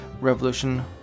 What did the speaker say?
revolution